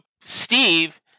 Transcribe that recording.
Steve